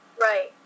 Right